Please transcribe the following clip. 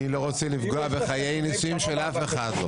אני לא רוצה לפגוע בחיי הנישואים של אף אחד.